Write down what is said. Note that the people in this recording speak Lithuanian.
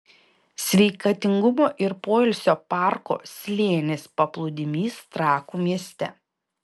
sveikatingumo ir poilsio parko slėnis paplūdimys trakų mieste